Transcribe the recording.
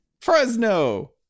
Fresno